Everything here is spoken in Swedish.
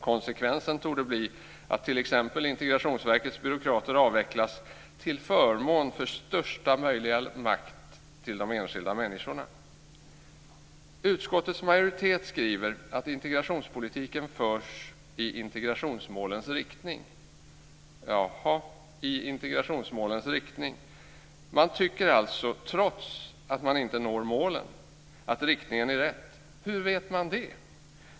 Konsekvensen torde bli att t.ex. Integrationsverkets byråkrater avvecklas till förmån för största möjliga makt till de enskilda människorna. Utskottets majoritet skriver att integrationspolitiken förs i integrationsmålens riktning. Jaha - i integrationsmålens riktning. Man tycker alltså, trots att man inte når målen, att riktningen är rätt. Hur vet man det?